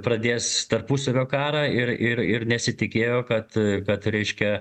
pradės tarpusavio karą ir ir ir nesitikėjo kad kad reiškia